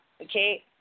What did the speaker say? Okay